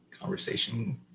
conversation